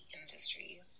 industry